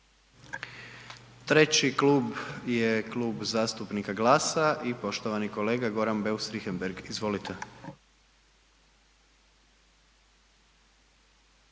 u ime Kluba zastupnika GLAS-a, poštovani kolega Goran Beus Richembergh. Izvolite,